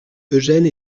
eugène